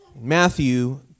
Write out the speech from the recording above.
Matthew